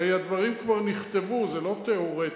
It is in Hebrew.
הרי הדברים כבר נכתבו, זה לא תיאורטי.